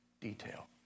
detail